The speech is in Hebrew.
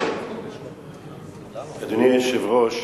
אדוני היושב-ראש,